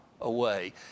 away